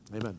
Amen